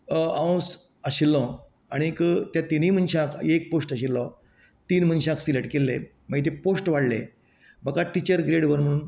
हांव आशिल्लो आनीक त्या तिनूय मनशांक एकच पॉस्ट आशिल्लो तीन मनशांक सिलेक्ट केल्ले मागीर ते पोस्ट वाडले म्हाका टिचर ग्रेड वॉन म्हणुन